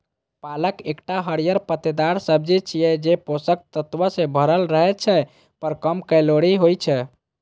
पालक एकटा हरियर पत्तेदार सब्जी छियै, जे पोषक तत्व सं भरल रहै छै, पर कम कैलोरी होइ छै